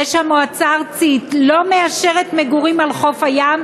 זה שהמועצה הארצית לא מאשרת מגורים על חוף הים,